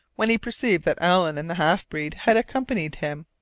when he perceived that allen and the half-breed had accompanied him.